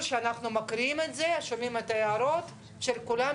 הוא איסור העומד בפני עצמו בלי קשר לשאלה